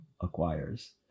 acquires